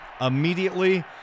immediately